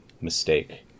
mistake